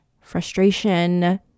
frustration